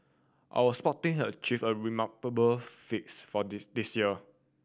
our sport team have achieved remarkable fakes for this this year